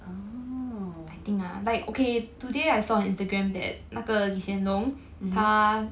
oh